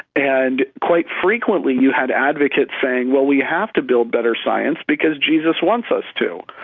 and quite frequently you had advocates saying, well, we have to build better science because jesus wants us too.